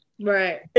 Right